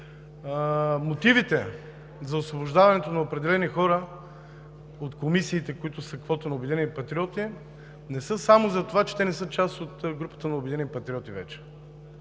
Мотивите за освобождаването на определени хора от комисиите, които са квота на „Обединени патриоти“, не са само затова, че те вече не са част от групата на „Обединени патриоти“.